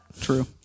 True